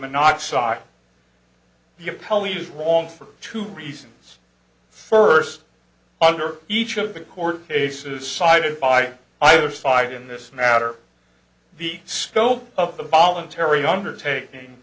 monoxide you probably is wrong for two reasons first under each of the court cases cited by either side in this matter the scope of the voluntary undertaking